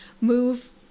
move